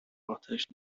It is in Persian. آتش